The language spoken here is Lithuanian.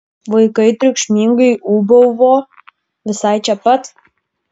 vaikai triukšmingai ūbavo visai čia pat